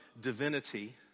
divinity